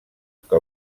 que